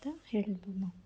ಅಂತ ಹೇಳ್ಬೋದು ನಾವು